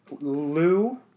Lou